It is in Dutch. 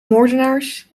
moordenaars